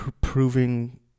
proving